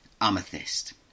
Amethyst